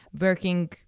working